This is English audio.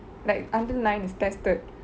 like until nine is tested